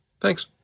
Thanks